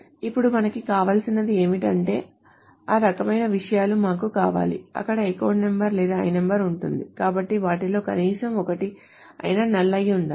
ఇప్పుడు మనకు కావలసినది ఏమిటంటే ఆ రకమైన విషయాలు మాకు కావాలి అక్కడ అకౌంట్ నంబర్ లేదా lno ఉంటుంది కాబట్టి వాటిలో కనీసం ఒకటి అయినా నల్ అయి ఉండాలి